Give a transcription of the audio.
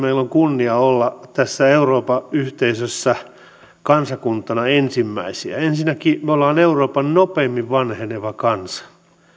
kunnia olla tässä euroopan yhteisössä kansakuntana ensimmäisiä ensinnäkin me olemme euroopan nopeimmin vanheneva kansa